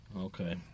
Okay